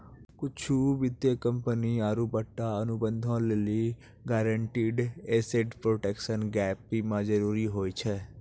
कुछु वित्तीय कंपनी आरु पट्टा अनुबंधो लेली गारंटीड एसेट प्रोटेक्शन गैप बीमा जरुरी होय छै